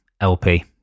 lp